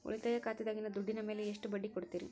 ಉಳಿತಾಯ ಖಾತೆದಾಗಿನ ದುಡ್ಡಿನ ಮ್ಯಾಲೆ ಎಷ್ಟ ಬಡ್ಡಿ ಕೊಡ್ತಿರಿ?